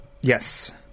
Yes